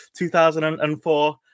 2004